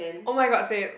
oh my god same